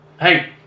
Hey